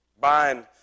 buying